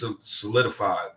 solidified